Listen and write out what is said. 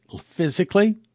physically